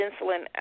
insulin